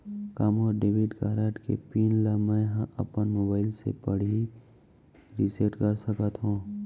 का मोर debit card के पिन ल मैं ह अपन मोबाइल से पड़ही रिसेट कर सकत हो?